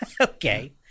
Okay